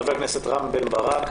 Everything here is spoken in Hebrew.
חבר הכנסת רם בן ברק,